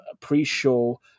pre-show